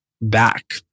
back